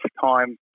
time